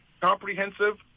Comprehensive